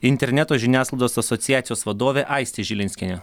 interneto žiniasklaidos asociacijos vadovė aistė žilinskienė